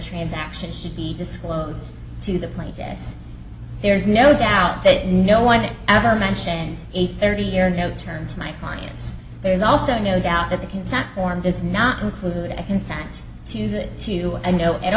transaction should be disclosed to the plate this there's no doubt that no one ever mentioned a thirty year no term to my clients there's also no doubt that the consent form does not include a consent to that to a note at